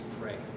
pray